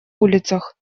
улицах